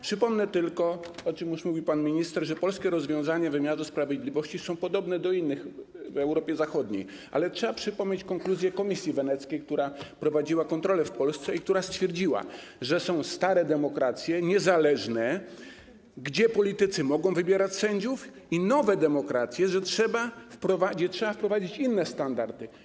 Przypomnę tylko, o czym już mówił pan minister, że polskie rozwiązania wymiaru sprawiedliwości są podobne do innych w Europie Zachodniej, ale trzeba przypomnieć konkluzje Komisji Weneckiej, która prowadziła kontrolę w Polsce i która stwierdziła, że są stare demokracje, niezależne, gdzie politycy mogą wybierać sędziów, i nowe demokracje, gdzie trzeba wprowadzić inne standardy.